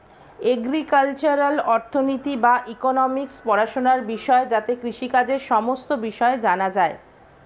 agricultural অর্থনীতি বা economics পড়াশোনার বিষয় যাতে কৃষিকাজের সমস্ত বিষয় জানা যায়